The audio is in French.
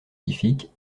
scientifiques